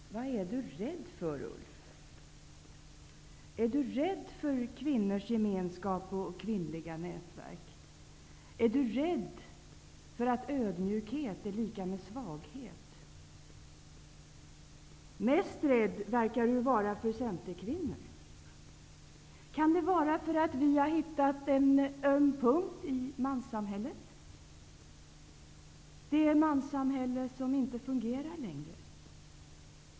Herr talman! Vad är Ulf Kristersson rädd för? Är han rädd för kvinnors gemenskap och kvinnliga nätverk? Är han rädd för att ödmjukhet är lika med svaghet? Mest rädd verkar han vara för centerkvinnor. Kan det bero på att vi har hittat en öm punkt i manssamhället, det manssamhälle som inte fungerar längre?